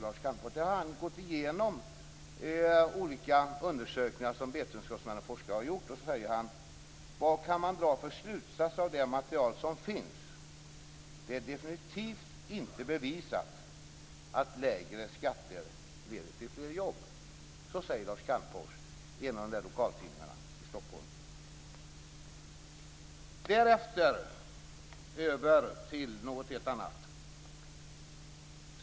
Lars Calmfors hade gått igenom olika undersökningar som vetenskapsmän och forskare gjort och frågar sig: Vad kan man dra för slutsatser av det material som finns? Det är definitivt inte bevisat att lägre skatter leder till fler jobb. Så säger Lars Calmfors i en av lokaltidningarna i Stockholm. Därefter över till någonting helt annat.